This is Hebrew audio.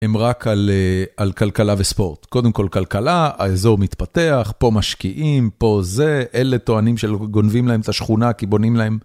הם רק על כלכלה וספורט. קודם כל כלכלה, האזור מתפתח, פה משקיעים, פה זה, אלה טוענים שגונבים להם את השכונה כי בונים להם...